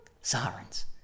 sirens